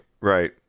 right